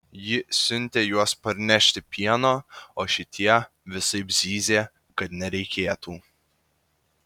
ji siuntė juos parnešti pieno o šitie visaip zyzė kad nereikėtų